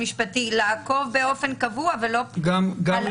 אבל פה אנחנו מחוקקים חוק חריג כדי